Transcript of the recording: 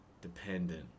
dependent